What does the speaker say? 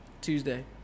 Tuesday